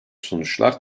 sonuçlar